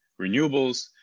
renewables